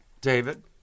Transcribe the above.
David